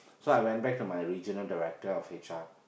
so I when back to my regional director of H_R